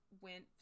went